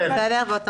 בסדר.